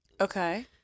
Okay